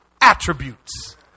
attributes